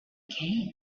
king